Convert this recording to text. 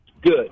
Good